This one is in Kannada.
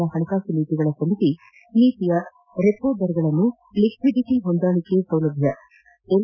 ನ ಹಣಕಾಸು ನೀತಿಗಳ ಸಮಿತಿ ನೀತಿಯ ರೆಪೋ ದರಗಳನ್ನು ಲಿಕ್ವಿಡಿಟಿ ಹೊಂದಾಣಿಕೆ ಸೌಲಭ್ಯ ಎಲ್